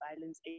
violence